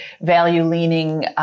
value-leaning